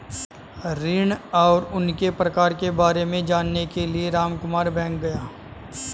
ऋण और उनके प्रकार के बारे में जानने के लिए रामकुमार बैंक गया